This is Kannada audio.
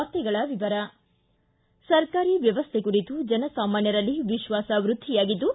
ವಾರ್ತೆಗಳ ವಿವರ ಸರ್ಕಾರಿ ವ್ಯವಸ್ಥೆ ಕುರಿತು ಜನಸಾಮಾನ್ಯರಲ್ಲಿ ವಿಶ್ವಾಸ ವ್ಯದ್ಧಿಯಾಗಿದ್ದು